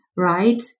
Right